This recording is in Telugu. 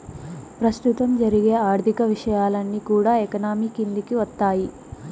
ప్రస్తుతం జరిగే ఆర్థిక విషయాలన్నీ కూడా ఎకానమీ కిందికి వత్తాయి